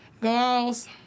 girls